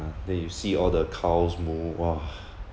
yeah then you see all the cows moo !wah!